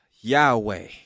Yahweh